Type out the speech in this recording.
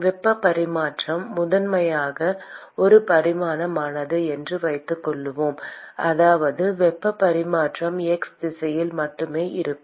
வெப்பப் பரிமாற்றம் முதன்மையாக ஒரு பரிமாணமானது என்று வைத்துக்கொள்வோம் அதாவது வெப்பப் பரிமாற்றம் x திசையில் மட்டுமே இருக்கும்